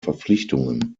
verpflichtungen